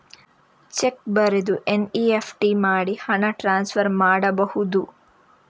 Check ಬರೆದು NEFT ಮಾಡಿ ಹಣ ಟ್ರಾನ್ಸ್ಫರ್ ಮಾಡಬಹುದು?